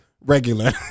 regular